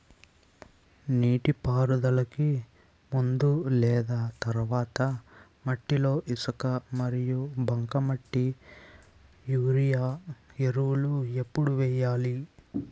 నీటిపారుదలకి ముందు లేదా తర్వాత మట్టిలో ఇసుక మరియు బంకమట్టి యూరియా ఎరువులు ఎప్పుడు వేయాలి?